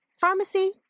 pharmacy